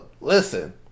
Listen